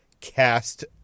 cast